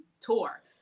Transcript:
tour